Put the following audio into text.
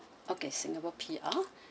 okay singapore P_R